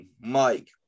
Mike